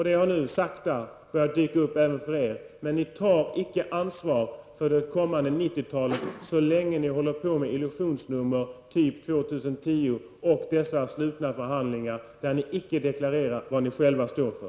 Det har nu sakta börjat gå upp även för er socialdemokrater. Ni tar icke ansvar för det kommande 90-talet så länge ni håller på med illusionsnummer som t.ex. 2010 och dessa slutna förhandlingar, där ni icke har deklarerat vad ni själva står för.